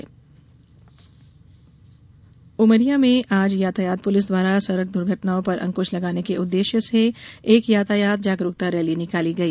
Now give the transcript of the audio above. यातायात नियम उमरिया में आज यातायात पुलिस द्वारा सड़क दुघटनाओं पर अंकुश लगाने के उद्देश्य से एक यातायात जागरूकता रैली निकाली गई